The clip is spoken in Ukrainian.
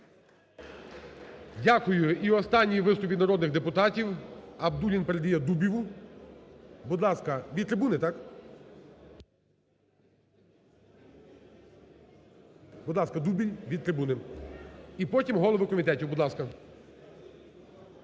Дякую. І останній виступ від народних депутатів. Абдуллін передає Дубілю. Будь ласка, від трибуни, так? Будь ласка, Дубіль від трибуни. І потім голови комітетів, будь ласка.